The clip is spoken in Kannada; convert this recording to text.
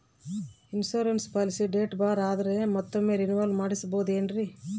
ಇನ್ಸೂರೆನ್ಸ್ ಪಾಲಿಸಿ ಡೇಟ್ ಬಾರ್ ಆದರೆ ಮತ್ತೊಮ್ಮೆ ರಿನಿವಲ್ ಮಾಡಿಸಬಹುದೇ ಏನ್ರಿ?